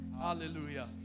Hallelujah